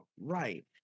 right